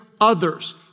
others